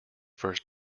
first